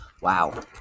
Wow